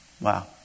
Wow